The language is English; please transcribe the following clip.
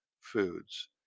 foods